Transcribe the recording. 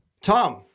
Tom